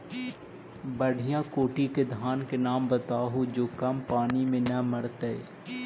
बढ़िया कोटि के धान के नाम बताहु जो कम पानी में न मरतइ?